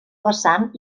vessant